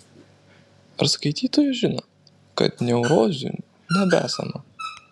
ar skaitytojas žino kad neurozių nebesama